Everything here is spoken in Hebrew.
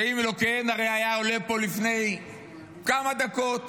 שאם לא כן הרי היה עולה פה לפני כמה דקות